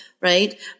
right